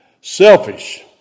Selfish